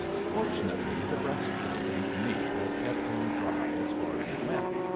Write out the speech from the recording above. fortunately, the breast-plate underneath had kept him dry as far as it went.